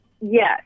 Yes